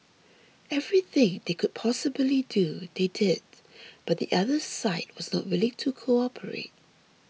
everything they could possibly do they did but the other side was not willing to cooperate